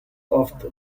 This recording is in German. oft